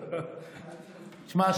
תשמע,